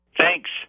Thanks